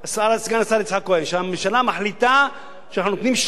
שהממשלה מחליטה שאנחנו נותנים שנה מעבר,